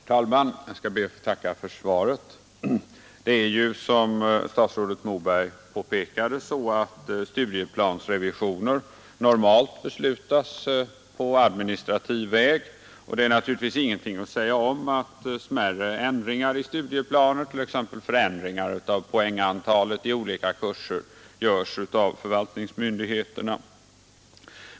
Herr talman! Jag skall be att få tacka för svaret. Som statsrådet Moberg påpekade beslutas studieplansrevisioner normalt på administrativ väg, och det är naturligtvis ingenting att säga om att olika kurser, görs av förvaltningsmyndigheterna.